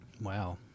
Wow